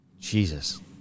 Jesus